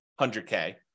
100K